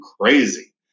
crazy